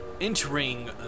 entering